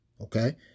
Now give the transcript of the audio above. Okay